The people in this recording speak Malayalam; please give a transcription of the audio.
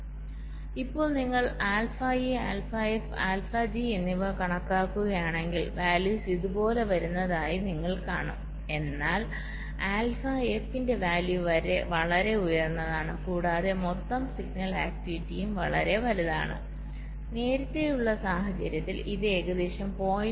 അതിനാൽ നിങ്ങൾ ഇപ്പോൾ alpha E alpha F alpha G എന്നിവ കണക്കാക്കുകയാണെങ്കിൽ വാല്യൂസ് ഇതുപോലെ വരുന്നതായി നിങ്ങൾ കാണും എന്നാൽ ആൽഫ എഫിന്റെ വാല്യൂ വളരെ ഉയർന്നതാണ് കൂടാതെ മൊത്തം സിഗ്നൽ ആക്ടിവിറ്റിയും വളരെ വലുതാണ് നേരത്തെയുള്ള സാഹചര്യത്തിൽ ഇത് ഏകദേശം 0